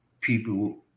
people